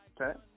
okay